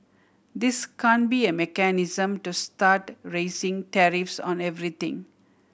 this can't be a mechanism to start raising tariffs on everything